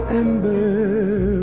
ember